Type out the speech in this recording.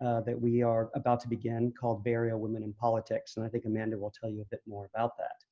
that we are about to begin called bay area women in politics. and i think amanda will tell you a bit more about that.